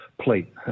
plate